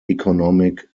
economic